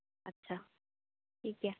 ᱟᱪᱪᱷᱟ ᱴᱷᱤᱠ ᱜᱮᱭᱟ